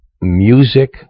music